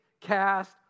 cast